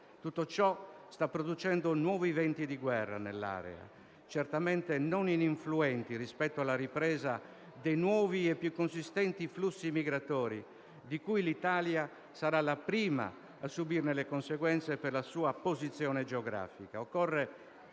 Tutto ciò sta producendo nuovi venti di guerra nell'area, certamente non ininfluenti rispetto alla ripresa dei nuovi e più consistenti flussi migratori, di cui l'Italia sarà la prima a subire le conseguenze per la sua posizione geografica.